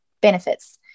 benefits